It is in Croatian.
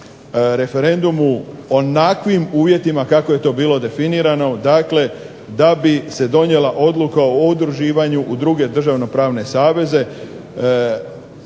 referendumu u onakvim uvjetima kako je to bilo definirano da bi se donijela odluka o udruživanju u druge državno pravne saveze,